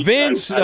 Vince